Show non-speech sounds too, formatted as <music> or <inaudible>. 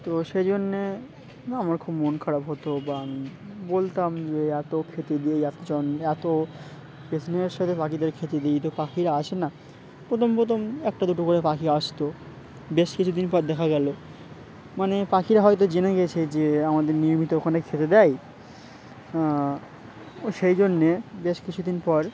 তো সেই জন্যে আমার খুব মন খারাপ হতো বা আমি বলতাম যে এত খেতে দিই এত যত্নের এত <unintelligible> সাথে পাখিদের খেতে দিই তো পাখিরা আসে না প্রথম প্রথম একটা দুটো করে পাখি আসত বেশ কিছুদিন পর দেখা গেল মানে পাখিরা হয়তো জেনে গিয়েছে যে আমাদের নিয়মিত ওখানে খেতে দেয় ও সেই জন্যে বেশ কিছুদিন পর